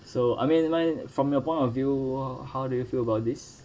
so I mean mine from your point of view wh~ how do you feel about this